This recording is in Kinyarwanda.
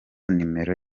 nimero